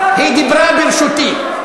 היא דיברה ברשותי,